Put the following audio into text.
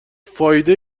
فایده